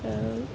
आरो